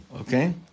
okay